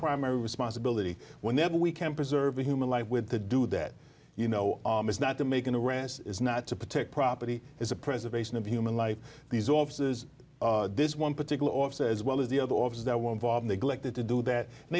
primary responsibility whenever we can preserve human life with to do that you know is not to make an arrest is not to protect property is a preservation of human life these offices this one particular office as well as the other offices that were involved neglected to do that and